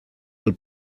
del